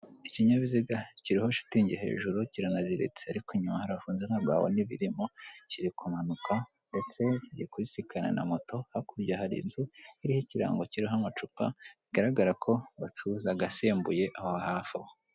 Ikinyabiziga kiriho shitingi hejuru, kiranaziritse ariko inyuma harafunze ntabwo wabona ibirimo, kiri kumanuka ndetse kigiye kubisikana na moto, hakurya hari inzu iriho ikirango kiriho amacupa bigaragara ko bacuruza agasembuye aho hafi.